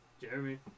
Jeremy